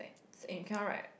and you cannot write